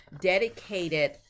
dedicated